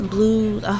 Blues